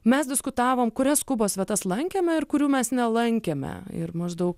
mes diskutavom kurias kubos vietas lankėme ir kurių mes nelankėme ir maždaug